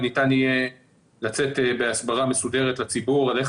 וניתן יהיה לצאת בהסברה מסודרת לציבור על איך